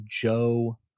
Joe